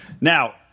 Now